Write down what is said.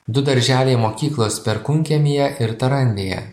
du darželiai mokyklos perkūnkiemyje ir tarandėje